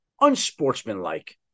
unsportsmanlike